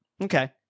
Okay